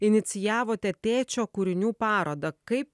inicijavote tėčio kūrinių parodą kaip